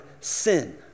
sin